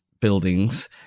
buildings